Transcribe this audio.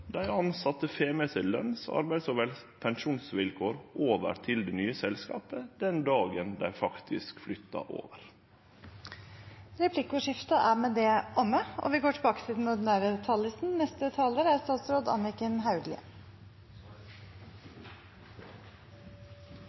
Dei tilsette får med seg løns-, arbeids- og pensjonsvilkår over til det nye selskapet den dagen dei faktisk flyttar over. Replikkordskiftet er omme. Takk så langt for en debatt som åpenbart vekker mye engasjement, og det er